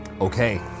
Okay